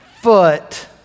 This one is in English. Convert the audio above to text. foot